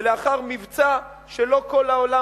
ולאחר מבצע שלא כל העולם,